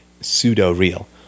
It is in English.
pseudo-real